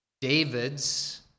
David's